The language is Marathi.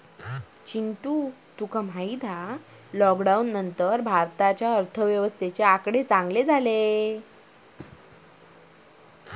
चिंटू तुका माहित हा लॉकडाउन नंतर भारताच्या अर्थव्यवस्थेचे आकडे चांगले झाले